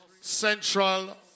Central